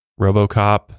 Robocop